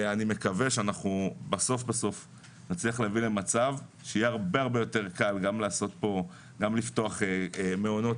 אני מקווה שבסוף נצליח להביא למצב שיהיה הרבה יותר קל גם לפתוח מעונות